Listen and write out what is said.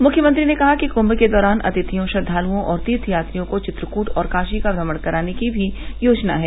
मुख्यमंत्री ने कहा कि कृंभ के दौरान अतिथियों श्रद्वालुओं और तीर्थयात्रियों को चित्रकूट और काशी का भ्रमण कराने की भी योजना है